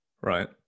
right